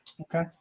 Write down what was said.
Okay